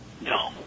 No